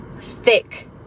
thick